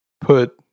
put